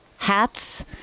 hats